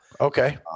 Okay